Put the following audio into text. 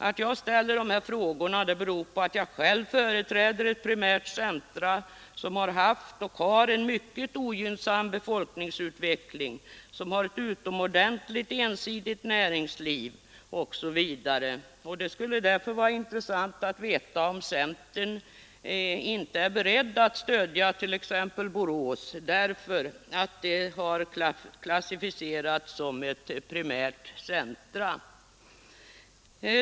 Att jag ställer de här frågorna beror på att jag själv företräder ett av de primära centra, som har haft och har en mycket ogynnsam befolkningsutveckling, som har ett utomordentligt ensidigt näringsliv osv. Det skulle vara intressant att veta om centern inte är beredd att stödja t.ex. Borås därför att denna kommun har klassificerats som ett av de primära centra.